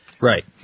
Right